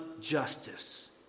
justice